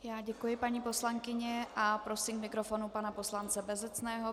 Já děkuji, paní poslankyně, a prosím k mikrofonu pana poslance Bezecného.